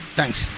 Thanks